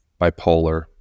Bipolar